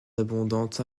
abondantes